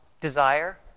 desire